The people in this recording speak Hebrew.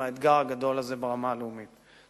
האתגר הגדול הזה ברמה הלאומית.